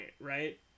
right